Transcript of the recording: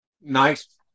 nice